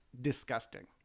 disgusting